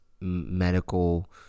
medical